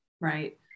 Right